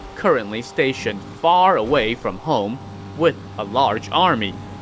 currently stationed far away from home with a large army.